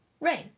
rain